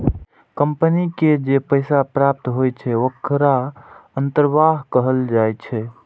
company के जे पैसा प्राप्त होइ छै, ओखरा अंतर्वाह कहल जाइ छै